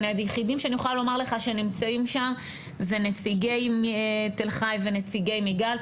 היחידים שאני יכולה לומר לך שנמצאים שם זה נציגי תל חי ונציגי מיגל,